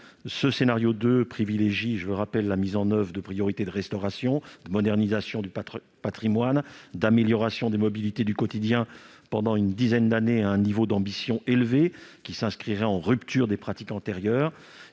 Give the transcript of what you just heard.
Ce scénario privilégie la mise en oeuvre des priorités de restauration et de modernisation du patrimoine, ainsi que d'amélioration des mobilités du quotidien, pendant une dizaine d'années, à un niveau d'ambition élevé qui s'inscrit en rupture avec les pratiques antérieures.